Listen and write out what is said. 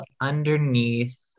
underneath